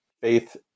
faith